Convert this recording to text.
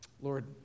Lord